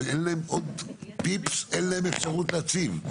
אין להם עוד "פיפס", אין להם אפשרות להציב.